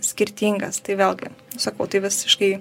skirtingas tai vėlgi sakau tai visiškai